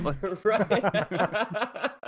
Right